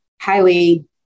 highly